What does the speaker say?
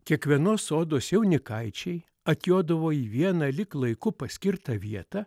kiekvienos odos jaunikaičiai atjodavo į vieną lyg laiku paskirtą vietą